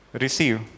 Receive